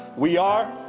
we are.